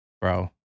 Bro